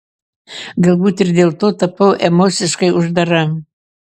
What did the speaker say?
galbūt ir dėl to tapau emociškai uždara